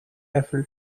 eiffel